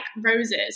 roses